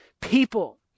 people